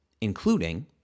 including